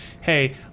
hey